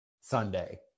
Sunday